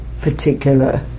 particular